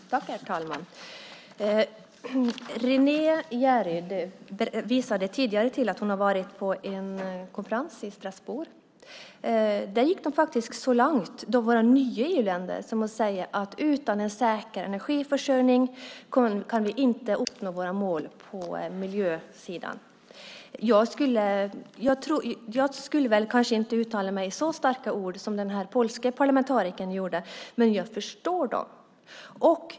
Herr talman! Renée Jeryd sade tidigare att hon var på en konferens i Strasbourg. Där gick våra nya EU-länder så långt som att säga att utan en säker energiförsörjning kan man inte uppnå sina mål på miljösidan. Jag skulle kanske inte uttala mig i lika starka ordalag som den polske parlamentarikern, men jag förstår dem.